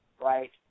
right